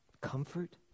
comfort